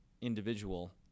individual